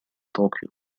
طوكيو